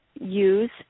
use